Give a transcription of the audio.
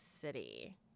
city